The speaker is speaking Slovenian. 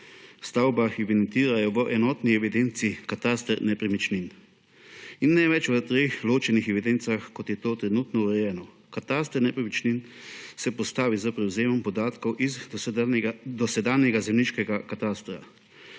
stavb evidentirajo v enotni evidenci, to je katastru nepremičnin, in ne več v treh ločenih evidencah, kot je to trenutno urejeno. Kataster nepremičnin se postavi s prevzemom podatkov iz dosedanjega zemljiškega katastra,